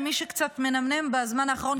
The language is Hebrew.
למי שקצת מנמנם בזמן האחרון,